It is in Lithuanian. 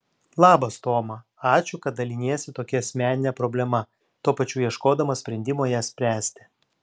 labas toma ačiū kad daliniesi tokia asmenine problema tuo pačiu ieškodama sprendimo ją spręsti